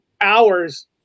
hours